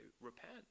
repent